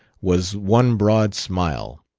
was one broad smile.